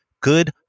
good